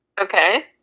Okay